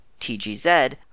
TGZ